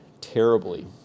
terribly